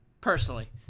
Personally